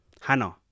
Hannah